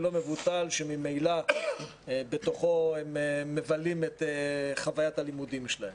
לא מבוטל שממילא בתוכו הם מבלים את חוויית הלימודים שלהם.